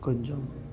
కొంచెం